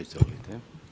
Izvolite.